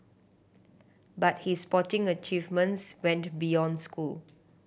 but his sporting achievements went beyond school